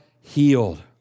healed